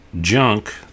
junk